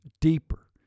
deeper